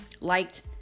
liked